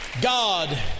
God